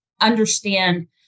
understand